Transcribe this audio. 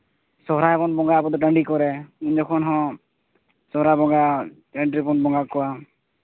ᱥᱚᱦᱚᱨᱟᱭ ᱵᱚᱱ ᱵᱚᱸᱜᱟᱭᱟ ᱟᱵᱚ ᱫᱚ ᱴᱟᱺᱰᱤ ᱠᱚᱨᱮᱫ ᱩᱱ ᱡᱚᱠᱷᱚᱱ ᱦᱚᱸ ᱥᱚᱦᱚᱨᱟᱭ ᱵᱚᱸᱜᱟ ᱴᱺᱰᱤ ᱨᱮᱵᱚᱱ ᱵᱚᱸᱜᱟ ᱟᱠᱚᱣᱟ